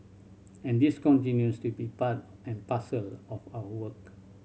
and this continues to be part and parcel of our work